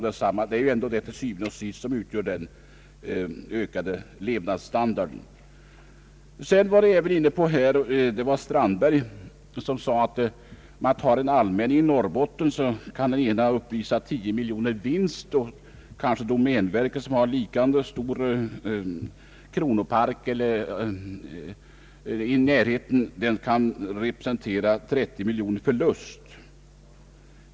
Det är till sist detta som utgör grunden för den ökade levnadsstandarden. Herr Strandberg sade att en allmänning i Norrbotten kan uppvisa 10 miljoner kronor i vinst, medan domänverket kanske i närheten har en lika stor kronopark som kan representera 30 miljoner kronors förlust.